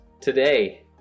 today